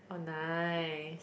oh nice